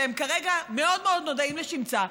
שהם כרגע מאוד מאוד נודעים לשמצה,